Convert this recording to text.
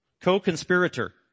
Co-conspirator